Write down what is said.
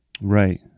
Right